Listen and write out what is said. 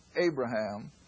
Abraham